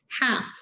half